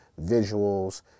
visuals